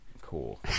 Cool